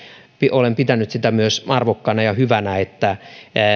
olen pitänyt myös sitä arvokkaana ja hyvänä että